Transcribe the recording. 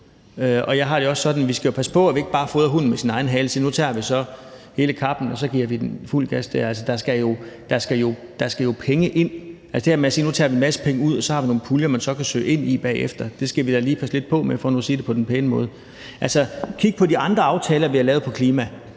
vi skal passe på, at vi ikke bare fodrer hunden med sin egen hale og siger, at nu tager vi hele baduljen, og så giver vi den fuld gas der. Der skal jo penge ind. Det her med at sige, at nu tager vi en masse penge ud, og så har vi nogle puljer, man så kan søge fra bagefter, skal vi da lige passe lidt på med for nu at sige det på den pæne måde. Altså, kig på de andre aftaler, vi har lavet på